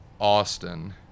Austin